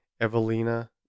Evelina